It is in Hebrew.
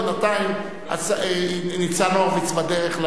בינתיים ניצן הורוביץ בדרך.